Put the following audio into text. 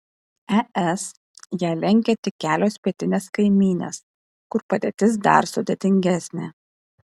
es ją lenkia tik kelios pietinės kaimynės kur padėtis dar sudėtingesnė